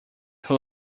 who